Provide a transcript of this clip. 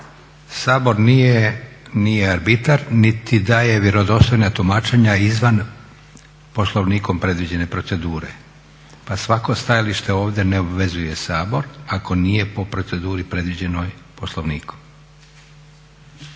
Sabor nije arbitar niti daje vjerodostojna tumačenja izvan poslovnikom predviđene procedure. Pa svako stajalište ovdje ne obvezuje Sabor ako nije po proceduri predviđenoj Poslovnikom.